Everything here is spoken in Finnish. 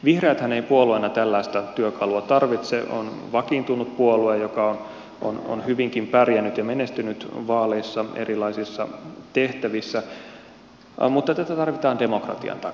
vihreäthän ei puolueena tällaista työkalua tarvitse on vakiintunut puolue joka on hyvinkin pärjännyt ja menestynyt vaaleissa erilaisissa tehtävissä mutta tätä tarvitaan demokratian takia